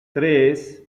tres